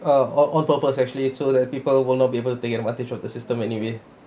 uh on purpose actually so that people will not be able to take advantage of the system anyway